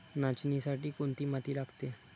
नाचणीसाठी कोणती माती लागते?